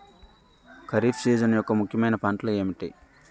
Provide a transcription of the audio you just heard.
Kharif season యెక్క ముఖ్యమైన పంటలు ఏమిటీ?